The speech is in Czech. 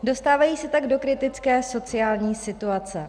Dostávají se tak do kritické sociální situace.